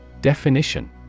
Definition